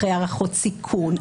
אחרי הערכות סיכון,